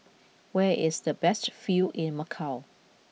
where is the best view in Macau